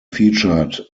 featured